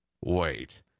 Wait